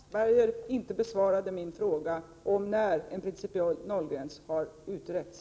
Herr talman! Jag konstaterar att Anders Castberger inte besvarade min fråga om när en principiell nollgräns har utretts.